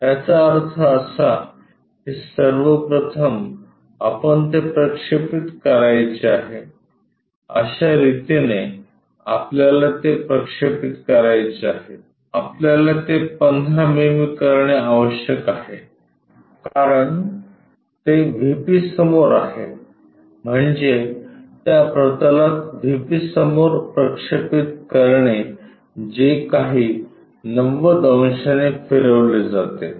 याचा अर्थ असा की सर्वप्रथम आपण ते प्रक्षेपित करायचे आहे अश्या रितीने आपल्याला ते प्रक्षेपित करायचे आहे आपल्याला ते 15 मिमी करणे आवश्यक आहे कारण ते व्हीपी समोर आहे म्हणजे त्या प्रतलात व्हीपी समोर प्रक्षेपित करणे जे काही 90 अंशांनी फिरविले जाते